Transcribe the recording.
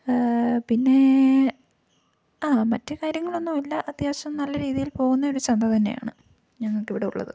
പിന്നെ മറ്റ് കാര്യങ്ങളൊന്നുമില്ല അത്യാവശ്യം നല്ല രീതിയിൽ പോകുന്ന ഒരു ചന്ത തന്നെയാണ് ഞങ്ങൾക്ക് ഇവിടെ ഉള്ളത്